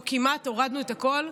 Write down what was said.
לא כמעט, הורדנו את הכול.